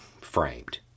framed